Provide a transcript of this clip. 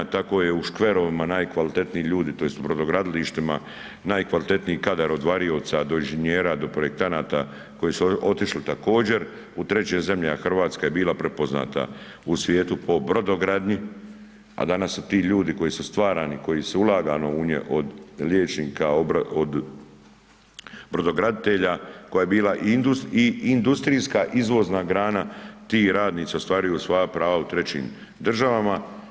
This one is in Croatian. Tako je u škverovima najkvalitetniji ljudi, tj. u brodogradilištima najkvalitetniji kadar od varioca do inženjera, do projektanata koji su otišli također u treće zemlje a Hrvatska je bila prepoznata u svijetu po brodogradnji a danas su ti ljudi koji su stvarani, koji su ulagano u njih, od liječnika, od brodograditelja, koja je bila i industrijska izvozna grana, ti radnici ostvaruju svoja prava u trećim državama.